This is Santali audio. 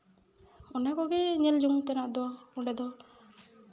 ᱚᱱᱟ ᱠᱚᱜᱮ ᱧᱮᱞ ᱡᱚᱝ ᱛᱮᱱᱟᱜ ᱫᱚ ᱚᱸᱰᱮ ᱫᱚ